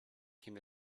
came